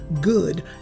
good